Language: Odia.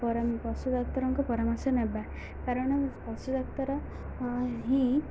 ପଶୁ ଡ଼ାକ୍ତରଙ୍କ ପରାମର୍ଶ ନେବା କାରଣ ପଶୁ ଡ଼ାକ୍ତର ହିଁ